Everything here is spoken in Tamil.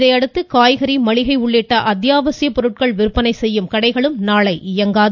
இதையடுத்து காய்கறி மளிகை உள்ளிட்ட அத்தியாவசியப் பொருட்கள் விற்பனை செய்யும் கடைகளும் நாளை இயங்காது